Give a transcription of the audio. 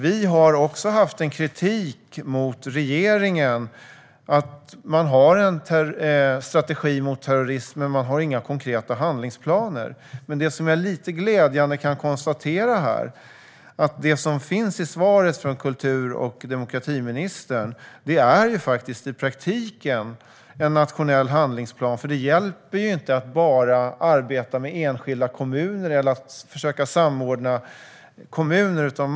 Vi har också haft en kritik mot regeringen för att den har en strategi mot terrorism men inte några konkreta handlingsplaner. Det som jag lite glädjande kan konstatera här är att det som finns i svaret från kultur och demokratiministern är i praktiken en nationell handlingsplan. Det hjälper inte att bara arbeta med enskilda kommuner eller försöka samordna kommuner.